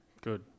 Good